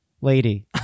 Lady